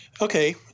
Okay